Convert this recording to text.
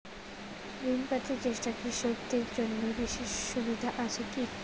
ঋণ পাতি চেষ্টা কৃষকদের জন্য বিশেষ সুবিধা আছি কি?